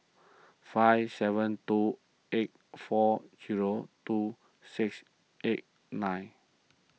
five seven two eight four zero two six eight nine